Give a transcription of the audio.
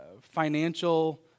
financial